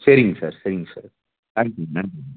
சேரிங்க சார் சேரிங்க sir thank you நன்றிங்க